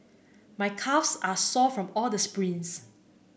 my calves are sore from all the sprints